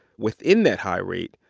within that high rate,